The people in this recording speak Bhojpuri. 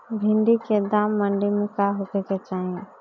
भिन्डी के दाम मंडी मे का होखे के चाही?